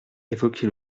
évoqué